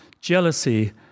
jealousy